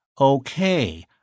Okay